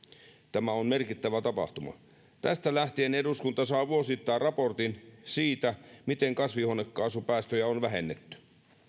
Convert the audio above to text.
tämä on merkittävä tapahtuma tästä lähtien eduskunta saa vuosittain raportin siitä miten kasvihuonekaasupäästöjä on vähennetty